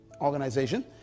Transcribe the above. organization